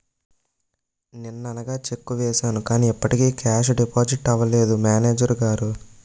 నిన్ననగా చెక్కు వేసాను కానీ ఇప్పటికి కేషు డిపాజిట్ అవలేదు మేనేజరు గారు